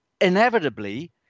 Inevitably